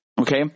Okay